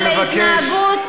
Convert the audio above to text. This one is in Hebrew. אני מבקש.